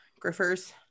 griffers